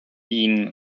been